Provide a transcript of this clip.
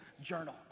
Journal